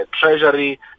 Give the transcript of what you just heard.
Treasury